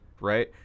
Right